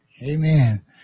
Amen